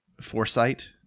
foresight